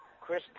Chris